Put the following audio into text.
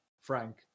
Frank